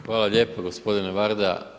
Hvala lijepo gospodine Varda.